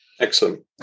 Excellent